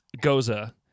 Goza